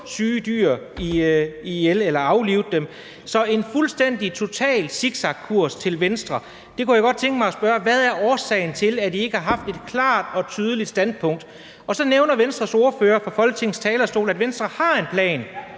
syge dyr ihjel eller aflivede dem. Så det er en fuldstændig total zigzagkurs fra Venstres side. Jeg kunne godt tænke mig at spørge: Hvad er årsagen til, at I ikke har haft et klart og tydeligt standpunkt? Så nævner Venstres ordfører fra Folketingets talerstol, at Venstre har en plan.